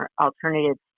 alternatives